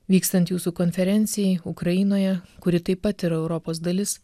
vykstant jūsų konferencijai ukrainoje kuri taip pat yra europos dalis